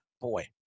Boy